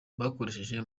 bakoresheje